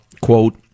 Quote